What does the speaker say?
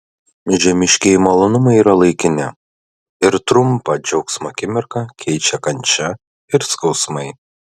žemiškieji malonumai yra laikini ir trumpą džiaugsmo akimirką keičia kančia ir skausmai